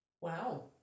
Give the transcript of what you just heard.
Wow